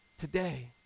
today